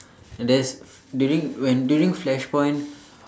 and there's during when during flash point